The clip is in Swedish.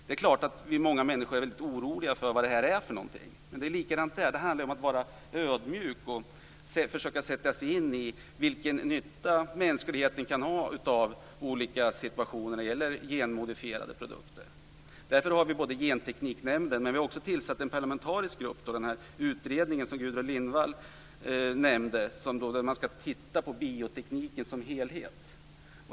Det är klart att många människor är väldigt oroliga för vad detta är för någonting. Men det handlar om att vara ödmjuk och försöka sätta sig in i vilken nytta mänskligheten kan ha av genmodifierade produkter. Därför inrättades Gentekniknämnden. Men det har också tillsatts en parlamentarisk grupp som i den utredning som Gudrun Lindvall nämnde skall titta på biotekniken som helhet.